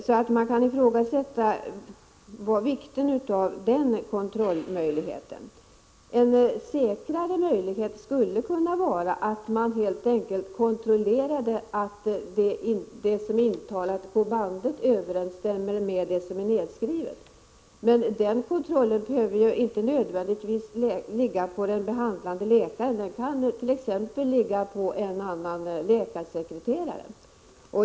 Man kan alltså ifrågasätta vikten av denna kontrollmöjlighet. En annan möjlighet skulle vara att helt enkelt kontrollera att det som är nedskrivet överensstämmer med vad som är intalat på bandet. Men den kontrollen behöver inte nödvändigtvis ligga på den behandlande läkaren, utan den kunde t.ex. ligga på en läkarsekreterare.